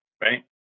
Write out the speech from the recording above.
right